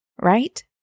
Right